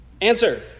Answer